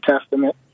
Testament